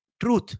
truth